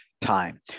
time